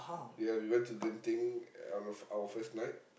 where we went to Genting our our first night